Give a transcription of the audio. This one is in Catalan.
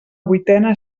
vuitena